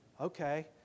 okay